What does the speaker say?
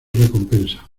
recompensa